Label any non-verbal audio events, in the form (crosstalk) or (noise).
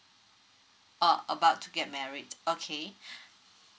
ah about to get married okay (breath)